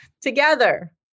together